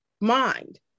mind